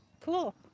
cool